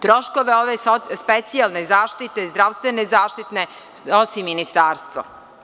Troškove ove specijalne zaštite, zdravstvene zaštite snosi Ministarstvo.